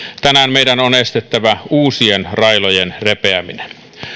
tänään meidän on estettävä uusien railojen repeäminen